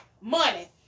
Money